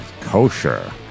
kosher